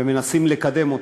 ומנסים לקדם אותן.